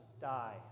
die